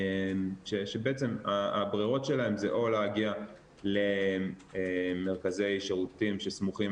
שבעצם הברירות שלהם זה או להגיע למרכזי שירותים שסמוכים